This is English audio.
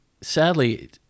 sadly